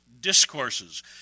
discourses